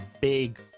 big